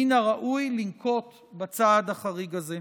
מן הראוי לנקוט את הצעד החריג הזה.